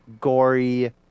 gory